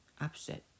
upset